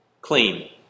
Clean